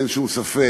אין שום ספק